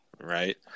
Right